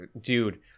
dude